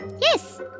Yes